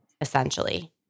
essentially